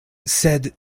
sed